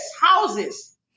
houses